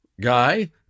guy